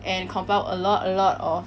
and compiled a lot a lot of